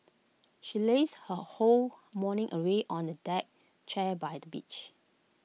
she lazed her whole morning away on A deck chair by the beach